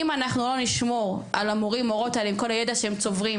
אם אנחנו לא נשמור על המורים והמורות הללו עם כל הידע שהם צוברים,